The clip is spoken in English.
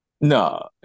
No